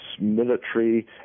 military